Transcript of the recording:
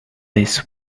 this